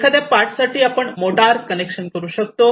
एखाद्या पार्ट साठी आपण मोटार कनेक्शन वापरू शकतो